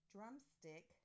Drumstick